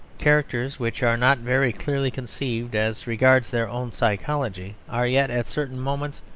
characters which are not very clearly conceived as regards their own psychology are yet, at certain moments,